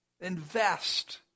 invest